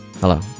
Hello